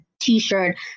t-shirt